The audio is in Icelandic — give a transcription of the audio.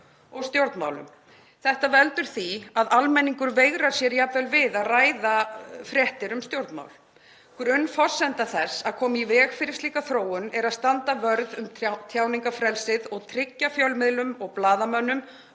og stjórnmálum. Þetta veldur því að almenningur veigrar sér jafnvel við að ræða fréttir um stjórnmál. Grunnforsenda þess að koma í veg fyrir slíka þróun er að standa vörð um tjáningarfrelsið og tryggja fjölmiðlum og blaðamönnum